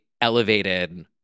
elevated